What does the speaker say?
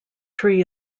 tree